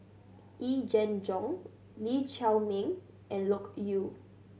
Yee Jenn Jong Lee Chiaw Meng and Loke Yew